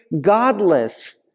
godless